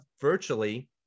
virtually